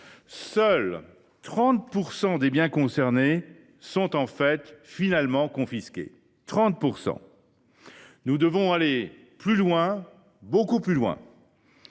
seuls 30 % des biens concernés sont finalement confisqués. Nous devons aller plus loin, beaucoup plus loin.